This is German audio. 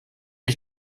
ich